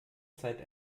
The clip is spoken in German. zeit